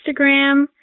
Instagram